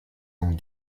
ont